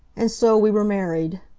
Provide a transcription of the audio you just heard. and so we were married.